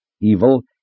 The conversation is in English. Evil